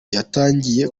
yatangiye